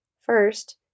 First